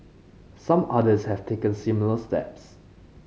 some others have taken similar steps